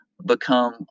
Become